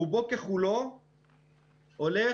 רובו ככולו הולך,